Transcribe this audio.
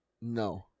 No